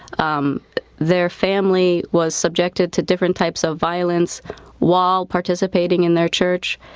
um their family was subjected to different types of violence while participating in their church.